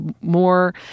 more